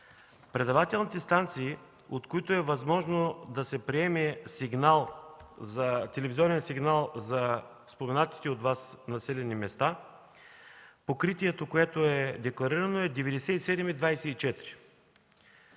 предавателните станции, от които е възможно да се приеме телевизионен сигнал за споменатите от Вас населени места, покритието, което е декларирано, е 97,24.